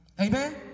Amen